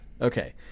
okay